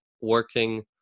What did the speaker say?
working